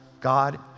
God